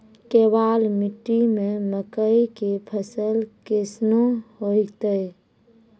केवाल मिट्टी मे मकई के फ़सल कैसनौ होईतै?